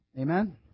Amen